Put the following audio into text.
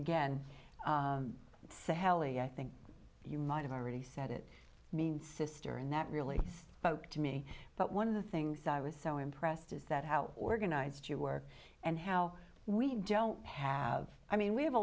again sally i think you might have already said it mean sister and not really but to me but one of the things i was so impressed is that how organized you work and how we don't have i mean we have a